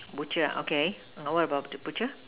butcher ah okay what about the butcher